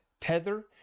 Tether